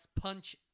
punch